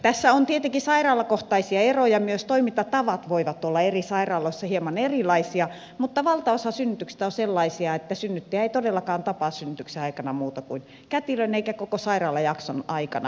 tässä on tietenkin sairaalakohtaisia eroja myös toimintatavat voivat olla eri sairaaloissa hieman erilaisia mutta valtaosa synnytyksistä on sellaisia että synnyttäjä ei todellakaan tapaa synnytyksen aikana muuta kuin kätilön eikä koko sairaalajakson aikana myöskään